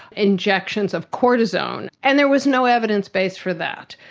injections of cortisone. and there was no evidence base for that.